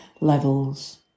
levels